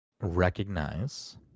recognize